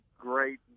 great